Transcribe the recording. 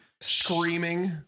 screaming